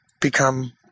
become